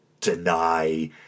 deny